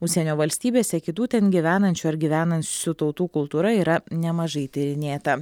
užsienio valstybėse kitų ten gyvenančių ar gyvenusių tautų kultūra yra nemažai tyrinėta